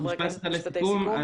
משפט אחד לסיכום,